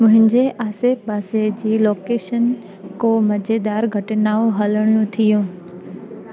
मुंहिंजे आसे पासे जी लोकेशन को मज़ेदारु घटनाऊं हलणु थियूं